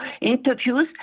interviews